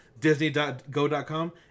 Disney.Go.com